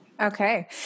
Okay